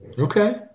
Okay